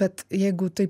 bet jeigu taip